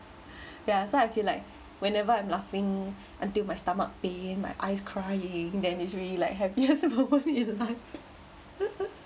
ya so I feel like whenever I'm laughing until my stomach pain my eyes crying then it's really like happiest moment in life